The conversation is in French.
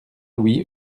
louis